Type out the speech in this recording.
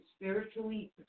spiritually